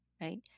Right